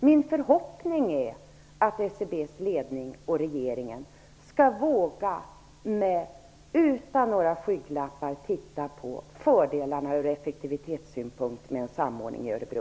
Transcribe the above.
Min förhoppning är att SCB:s ledning och regeringen utan några skygglappar skall våga titta på fördelarna ur effektivitetssynpunkt med en samordning i Örebro.